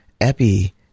Epi